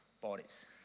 bodies